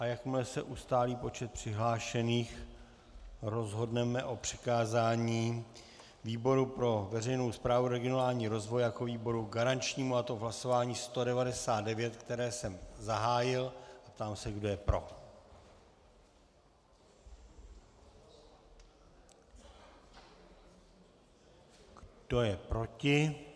Jakmile se ustálí počet přihlášených..., rozhodneme o přikázání výboru pro veřejnou správu a regionální rozvoj jako výboru garančnímu, a to v hlasování 199, které jsem zahájil, a ptám se, kdo je pro Kdo je proti?